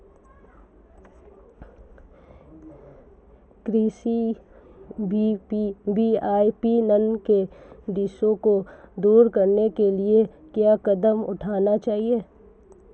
कृषि विपणन के दोषों को दूर करने के लिए क्या कदम उठाने चाहिए?